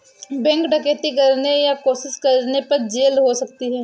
bank डकैती करने या कोशिश करने पर जेल हो सकती है